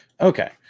Okay